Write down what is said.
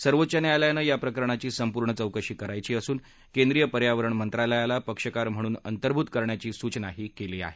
सर्वोच्च न्यायालयानं या प्रकरणाची सपूर्ण चौकशी करायची असून केंद्रीय पर्यावरण मंत्रालयाला पक्षकार म्हणून अंतभूत करण्याची सूचनाही केली आहे